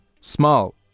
small